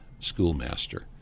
Schoolmaster